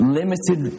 limited